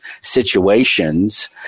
situations